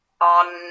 on